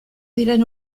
diren